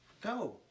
go